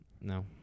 No